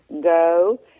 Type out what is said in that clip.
go